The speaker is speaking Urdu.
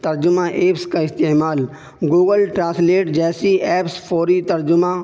ترجمہ ایپس کا استعمال گوگل ٹرانسلیٹ جیسی ایپس فوری ترجمہ